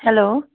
hello